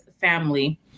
family